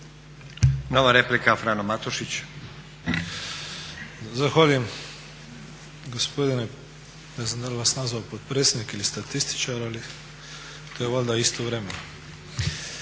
**Matušić, Frano (HDZ)** Zahvaljujem gospodine ne znam da li bi vas nazvao potpredsjednik ili statističar ali to je valjda istovremeno.